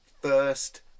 first